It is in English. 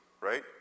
right